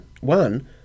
one